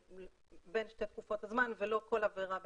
בין שתי תקופות הזמן, ולא כל עבירה בנפרד.